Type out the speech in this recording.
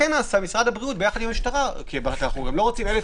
משרד הבריאות ביחד עם המשטרה אנחנו לא רוצים 1,000